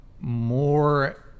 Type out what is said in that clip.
more